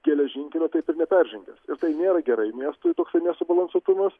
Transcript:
geležinkelio taip ir neperžengė tai nėra gerai miestui toksai nesubalansuotumas